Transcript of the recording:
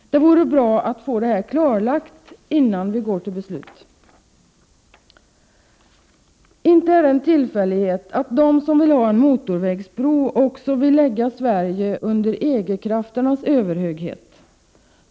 Det vore bra att få detta klarlagt, innan vi går till beslut. Inte är det en tillfällighet att de som vill ha en motorvägsbro också vill lägga Sverige under EG-krafternas överhöghet.